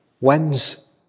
wins